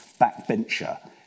backbencher